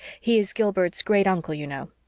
he is gilbert's great-uncle, you know.